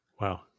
Wow